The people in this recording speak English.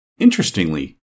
Interestingly